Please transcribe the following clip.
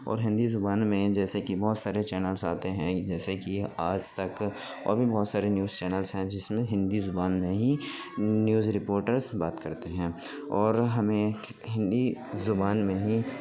اور ہندی زبان میں جیسے کہ بہت سارے چینلس آتے ہیں جیسے کہ آج تک اور بھی بہت سارے نیوز چینلس ہیں جس میں ہندی زبان میں ہی نیوز رپورٹرس بات کرتے ہیں اور ہمیں ہندی زبان میں ہی